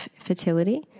fertility